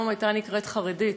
היום הייתה נקראת חרדית,